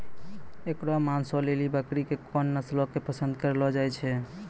एकरो मांसो लेली बकरी के कोन नस्लो के पसंद करलो जाय छै?